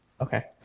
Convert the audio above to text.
Okay